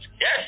yes